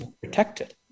protected